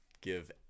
give